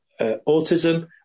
autism